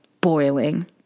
boiling